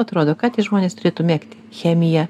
atrodo ką tie žmonės turėtų mėgti chemiją